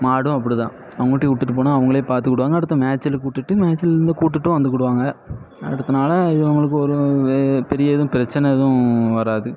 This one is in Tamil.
மாடும் அப்படிதான் அவங்கட்டே வீட்டுட்டுப் போனால் அவங்களே பார்த்துக்குடுவாங்க அடுத்த மேய்ச்சலுக்கு விட்டுட்டு மேய்ச்சலில் இருந்து கூட்டுட்டும் வந்துக்கிடுவாங்க அடுத்த நாள் இது அவங்களுக்கு ஒரு வே பெரிய எதுவும் பிரச்சனை எதுவும் வராது